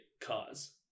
cause